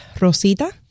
rosita